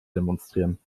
demonstrieren